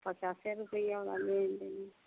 पचास रुपये वाले ले लें